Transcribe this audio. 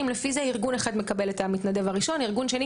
וכו': ארגון אחד מקבל את המתנדב הראשון וכן הלאה.